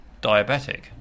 diabetic